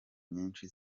nyinshi